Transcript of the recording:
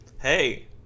Hey